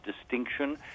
distinction